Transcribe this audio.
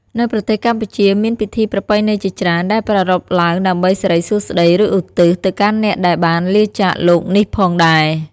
នៅប្រទេសកម្ពុជា មានពិធីប្រពៃណីជាច្រើន ដែលប្រារព្ធឡើងដើម្បីសិរីសួស្តី ឬឧទ្ទិស ទៅកាន់អ្នកដែលបានលាចាកលោកនេះផងដែរ។